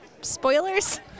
spoilers